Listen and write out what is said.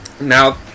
Now